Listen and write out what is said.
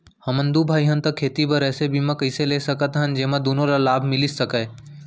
हमन दू भाई हन ता खेती बर ऐसे बीमा कइसे ले सकत हन जेमा दूनो ला लाभ मिलिस सकए?